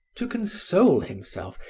to console himself,